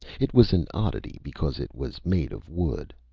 it was an oddity because it was make of wood.